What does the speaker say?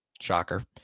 Shocker